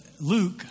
Luke